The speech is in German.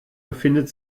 befindet